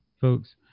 folks